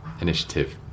initiative